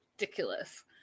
Ridiculous